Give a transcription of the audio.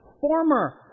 former